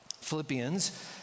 Philippians